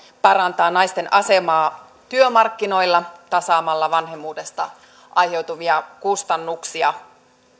parantaa naisten asemaa työmarkkinoilla tasaamalla vanhemmuudesta aiheutuvia kustannuksia